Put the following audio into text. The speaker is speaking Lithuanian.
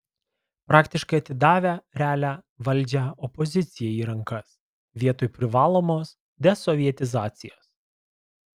praktiškai atidavę realią valdžią opozicijai į rankas vietoj privalomos desovietizacijos